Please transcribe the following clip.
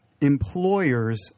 employers